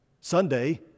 Sunday